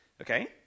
okay